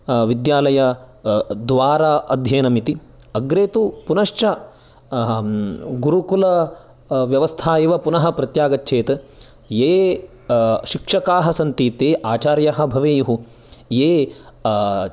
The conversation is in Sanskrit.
विद्यालय द्वार अध्ययनमिति अग्रे तु पुनश्च गुरुकुलव्यवस्था एव पुनः प्रत्यागच्छेत् ये शिक्षकाः सन्ति ते आचार्यः भवेयुः ये